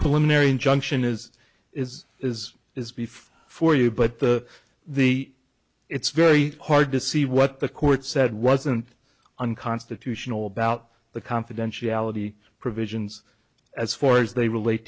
their injunction is is is is beef for you but the the it's very hard to see what the court said wasn't unconstitutional about the confidentiality provisions as far as they relate